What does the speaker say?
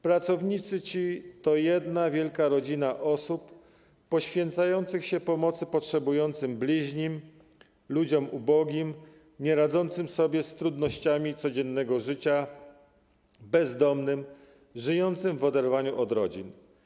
Pracownicy ci to jedna wielka rodzina osób poświęcających się pomocy potrzebującym bliźnim, ludziom ubogim, nieradzącym sobie z trudnościami codziennego życia, bezdomnym żyjącym w oderwaniu od rodzin.